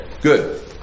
good